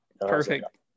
Perfect